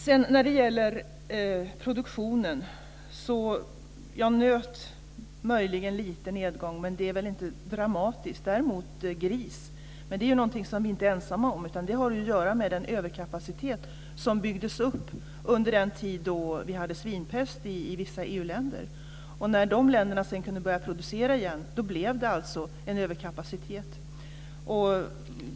Det är möjligtvis en liten nedgång av nötproduktionen, men den är inte dramatisk. Däremot gäller det gris. Det är något som vi inte är ensamma om. Det har att göra med den överkapacitet som byggdes upp under den tid det var svinpest i vissa EU-länder. När de länderna kunde börja producera igen blev det en överkapacitet.